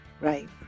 Right